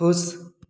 खुश